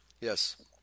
Yes